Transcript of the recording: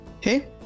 Hey